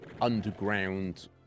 underground